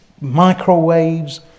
microwaves